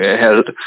held